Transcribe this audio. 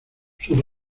sus